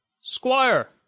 Squire